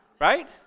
Right